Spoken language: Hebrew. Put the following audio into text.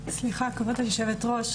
סליחה כבוד היושבת ראש,